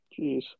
Jeez